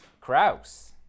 Kraus